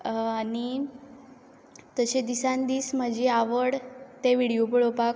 आनी तशें दिसान दीस म्हजी आवड ते व्हिडियो पळोवपाक